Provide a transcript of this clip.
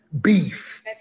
beef